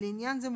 לעניין זה,